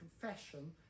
confession